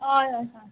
हय हय हय